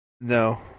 No